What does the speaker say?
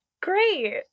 Great